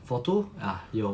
for two ah 有